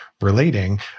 relating